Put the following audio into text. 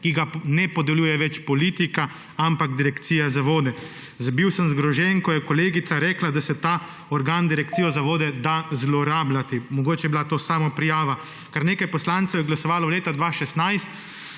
ki ga ne podeljuje več politika, ampak Direkcija za vode. Bil sem zgrožen, ko je kolegica rekla, da se ta organ, Direkcijo za vode, da zlorabljati, mogoče je bila to samoprijava. Kar nekaj poslancev je glasovalo leta 2016